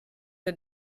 der